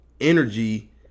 energy